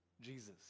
Jesus